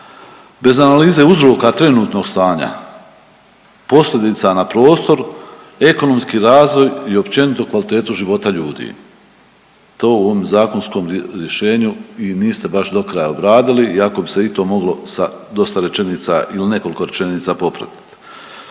bez analize uzroka trenutnog stanja, posljedica na prostor, ekonomski razvoj i općenito kvalitetu života ljudi. To u ovom zakonskom rješenju i niste baš do kraja obradili iako bi se i to moglo sa dosta rečenica il nekoliko rečenica popratit.